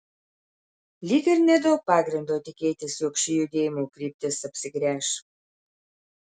lyg ir nedaug pagrindo tikėtis jog ši judėjimo kryptis apsigręš